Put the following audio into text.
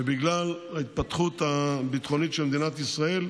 ובגלל ההתפתחות הביטחונית של מדינת ישראל,